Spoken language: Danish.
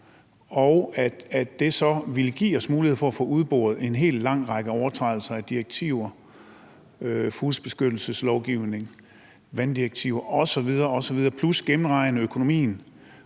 og så vil det give os mulighed for at få udboret en hel lang række overtrædelser af direktiver, fuglebeskyttelseslovgivning, vanddirektiver osv. osv. plus at gennemregne økonomien,